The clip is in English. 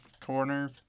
corner